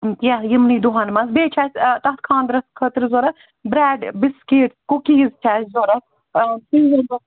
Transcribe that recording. کیٚنہہ یِمنٕے دۄہَن منٛز بیٚیہِ چھِ اَسہِ تَتھ خانٛدرَس خٲطرٕ ضوٚرَتھ برٛیٚڈ بِسکیٖٹ کُکیٖز چھِ اَسہِ ضوٚرَتھ